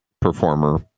performer